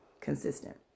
consistent